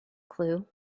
clue